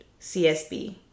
CSB